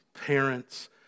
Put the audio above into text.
parents